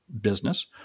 business